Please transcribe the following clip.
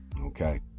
Okay